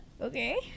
Okay